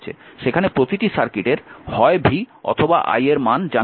সেখানে প্রতিটি সার্কিটের হয় v অথবা i এর মান জানা নেই